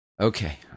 Okay